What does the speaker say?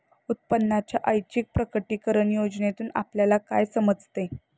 उत्पन्नाच्या ऐच्छिक प्रकटीकरण योजनेतून आपल्याला काय समजते?